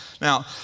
Now